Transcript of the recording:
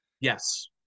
Yes